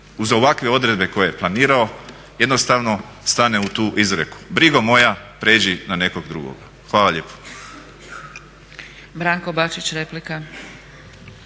uz ovakve odredbe koje je planirao jednostavno stane u tu izreku "Brigo moja prijeđi na nekog drugog". Hvala lijepo.